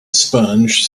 sponge